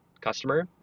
customer